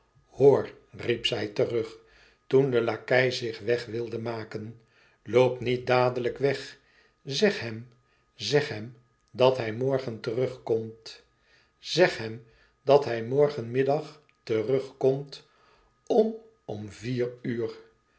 hoor riep zij terug toen de lakei zich weg wilde maken loop niet dadelijk weg zeg hem zeg hem dat hij morgen terugkomt zeg hem dat hij morgenmiddag terugkomt om om vier uur